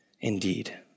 indeed